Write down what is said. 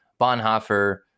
Bonhoeffer